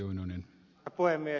herra puhemies